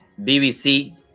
BBC